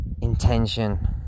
intention